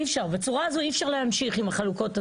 בצורה הזו אי-אפשר להמשיך עם החלוקות,